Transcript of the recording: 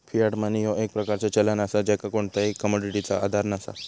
Fiat money ह्यो एक प्रकारचा चलन असा ज्याका कोणताही कमोडिटीचो आधार नसा